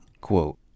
Quote